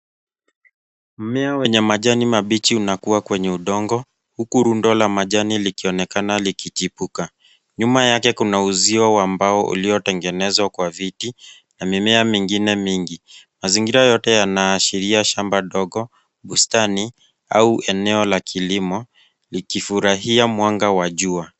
Mmea wenye majani mabichi unakua kwenye udongo, huku rundo la majani likionekana likichipuka. Nyuma yake kuna uzio wa mbao uliotengenezwa kwa viti, na mimea mingine mingi. Mazingira yote yanaashiria shamba ndogo, bustani au eneo la kilimo, likifurahia mwanga wa jua.